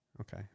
Okay